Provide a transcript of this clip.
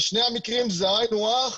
בשני המקרים זה היינו הך.